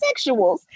sexuals